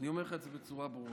אני אומר לך את זה בצורה ברורה.